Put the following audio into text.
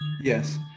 Yes